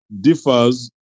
differs